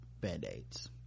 band-aids